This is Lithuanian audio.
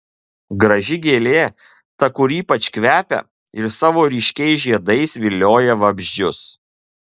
graži gėlė ta kur ypač kvepia ir savo ryškiais žiedais vilioja vabzdžius